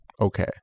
okay